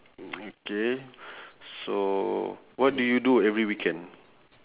okay so what do you do every weekend